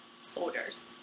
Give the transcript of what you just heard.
soldiers